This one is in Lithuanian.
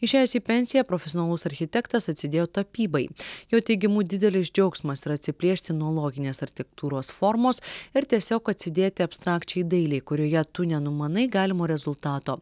išėjęs į pensiją profesionalus architektas atsidėjo tapybai jo teigimu didelis džiaugsmas yra atsiplėšti nuo loginės architektūros formos ir tiesiog atsidėti abstrakčiai dailei kurioje tu nenumanai galimo rezultato